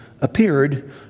appeared